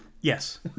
Yes